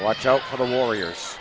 watch out for the warriors